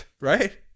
right